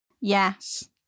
Yes